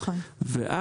זה